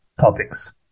topics